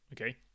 okay